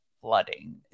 flooding